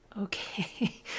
Okay